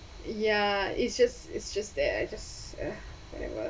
ya it's just it's just that I just ugh whatever